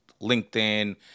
LinkedIn